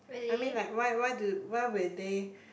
I mean like why why do why will they